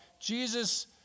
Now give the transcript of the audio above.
Jesus